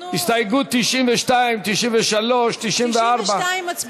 הסתייגויות 92, 93, 94. 92, מצביעים.